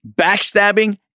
backstabbing